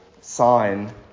sign